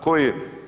Koje?